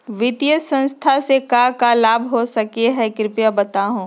वित्तीय संस्था से का का लाभ हो सके हई कृपया बताहू?